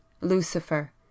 Lucifer